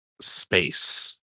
space